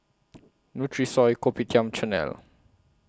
Nutrisoy Kopitiam Chanel